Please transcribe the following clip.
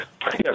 Yes